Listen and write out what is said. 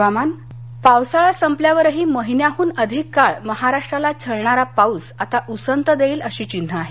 हवामान पावसाळा संपल्यावरही महिन्याहून अधिक काळ महाराष्ट्राला छळणारा पाऊस आता उसंत देईल अशी चिन्हं आहेत